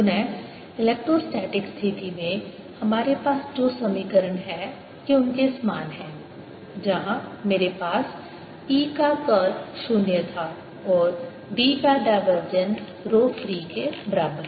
पुनः इलेक्ट्रोस्टैटिक स्थिति में हमारे पास जो समीकरण हैं ये उनके समान हैं जहाँ मेरे पास E का कर्ल शून्य था और D का डायवर्जेंस रो फ्री के बराबर